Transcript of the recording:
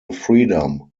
freedom